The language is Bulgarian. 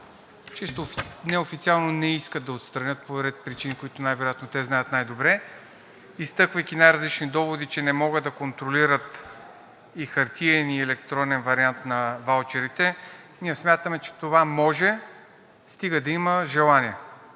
чисто неофициално не искат да отстранят по ред причини, които най-вероятно те знаят най-добре, изтъквайки най-различни доводи, че не могат да контролират и хартиен, и електронен вариант на ваучерите. Ние смятаме, че това може – стига да има желание.